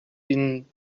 ihnen